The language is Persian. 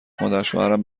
مادرشوهرم